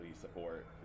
support